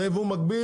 זה ייבוא מקביל.